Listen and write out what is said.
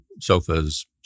sofas